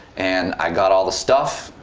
and i got all the stuff.